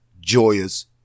joyous